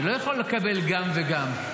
אני לא יכול לקבלה גם וגם.